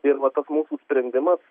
ir va tas mūsų sprendimas